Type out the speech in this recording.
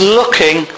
looking